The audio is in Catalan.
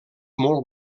molt